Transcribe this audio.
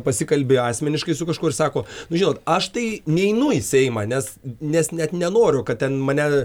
pasikalbi asmeniškai su kažkuo ir sako nu žinot aš tai neinu į seimą nes nes net nenoriu kad ten mane